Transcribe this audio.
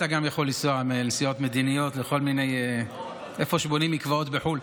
אתה גם יכול לנסוע לנסיעות מדיניות לאיפה שבונים מקוואות בחו"ל.